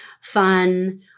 fun